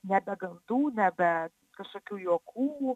nebegautų nebe kažkokių juokų